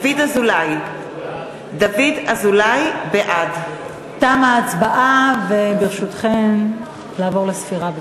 אזולאי, בעד תמה ההצבעה, וברשותכם, נעבור לספירה.